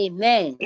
Amen